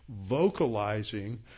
vocalizing